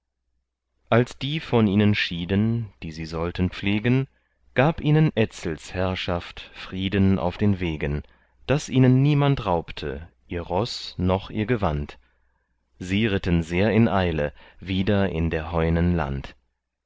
als die von ihnen schieden die sie sollten pflegen gab ihnen etzels herrschaft frieden auf den wegen daß ihnen niemand raubte ihr roß noch ihr gewand sie ritten sehr in eile wieder in der heunen land